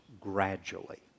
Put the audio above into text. gradually